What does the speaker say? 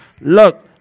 Look